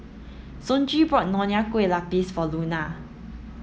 Sonji bought Nonya Kueh Lapis for Luna